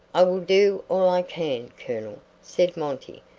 i will do all i can, colonel, said monty,